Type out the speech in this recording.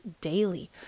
daily